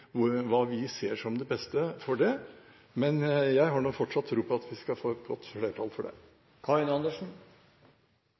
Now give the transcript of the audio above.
ser som det beste for det, men jeg har nå fortsatt tro på at vi skal få et godt flertall for det.